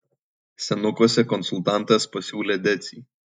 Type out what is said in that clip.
senukuose konsultantas pasiūlė decį